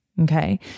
Okay